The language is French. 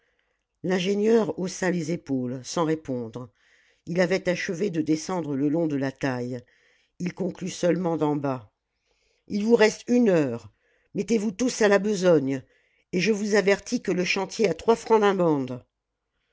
l'ingénieur haussa les épaules sans répondre il avait achevé de descendre le long de la taille il conclut seulement d'en bas il vous reste une heure mettez-vous tous à la besogne et je vous avertis que le chantier a trois francs d'amende